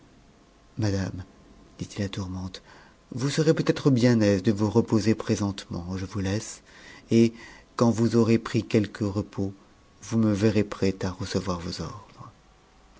madame dit-il à tourmente vous serez peut-être bien aise de vous reposer présentement je vous laisse et quand vous aurez pris quelque repos vous me verrez prêt à recevoir vos ordres